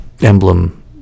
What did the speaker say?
emblem